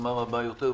ובעוצמה רבה יותר.